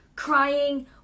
crying